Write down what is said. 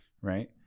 right